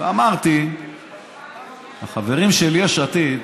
וסיפרתי לחברים של יש עתיד